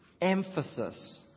emphasis